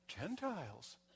Gentiles